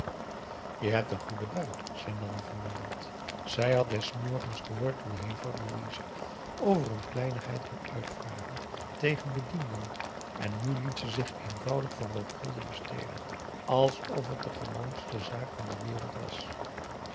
je hebt een goede bui zei nanni verwonderd zij had des morgens gehoord hoe hevig louise over een kleinigheid kon uitvaren tegen bedienden en nu liet ze zich eenvoudig voor een gulden bestelen alsof het de gewoonste zaak van de wereld was